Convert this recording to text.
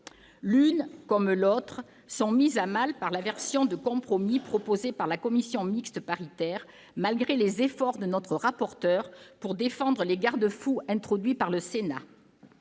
L'une et l'autre sont mises à mal par la version de compromis proposée par la commission mixte paritaire, malgré les efforts de notre rapporteur pour défendre les garde-fous introduits par le Sénat.